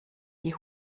die